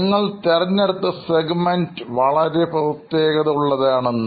നിങ്ങൾ തിരഞ്ഞെടുത്ത സെഗ്മെന്റ് വളരെ പ്രത്യേകതയുള്ളതാണ് എന്നും